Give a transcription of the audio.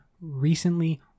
recently